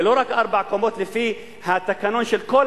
ולא רק ארבע קומות לפי התקנון של כל